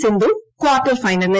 Sindhu quarter ഫൈനലിൽ